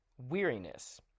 Weariness